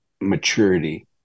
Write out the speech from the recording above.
maturity